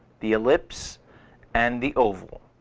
the ellipse and the oval.